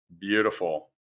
Beautiful